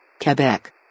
Quebec